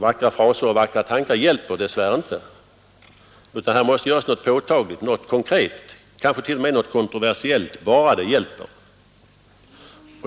Vackra fraser och vackra tankar hjälper dess värre inte, utan här måste göras något påtagligt, något konkret, kanske t.o.m. något kontroversiellt — bara det hjälper.